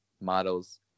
models